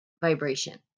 vibration